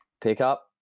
pickup